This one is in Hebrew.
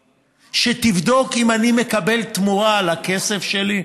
שתבדוק אם אני מקבל תמורה לכסף שלי?